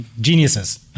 geniuses